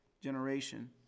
generation